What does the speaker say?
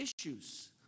issues